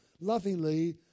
lovingly